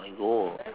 I go